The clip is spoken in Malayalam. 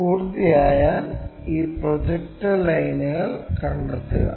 പൂർത്തിയായാൽ ഈ പ്രൊജക്ടർ ലൈനുകൾ കണ്ടെത്തുക